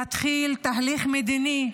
להתחיל תהליך מדיני,